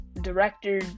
director